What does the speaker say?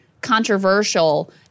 controversial